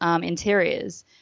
interiors